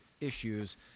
issues